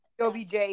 OBJ